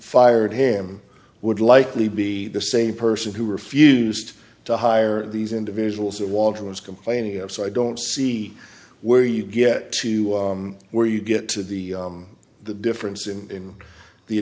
fired him would likely be the same person who refused to hire these individuals or walker was complaining of so i don't see where you get to where you get to the the difference in the